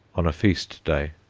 on a feast day.